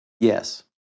Yes